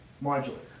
modulator